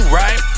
right